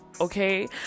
okay